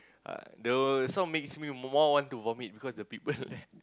uh the sound makes me more want to vomit because the people there